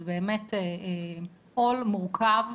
זה באמת, עול מורכב.